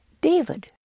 David